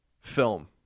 film